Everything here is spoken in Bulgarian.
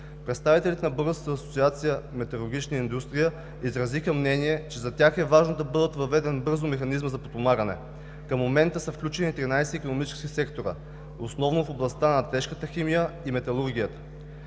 Представителите на Българска асоциация „Металургична индустрия“ изразиха мнение, че за тях е важно да бъде въведен бързо механизмът за подпомагане. Към момента са включени 13 икономически сектора, основно в областта на тежката химия и металургията,